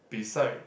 beside